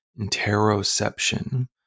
interoception